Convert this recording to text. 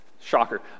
Shocker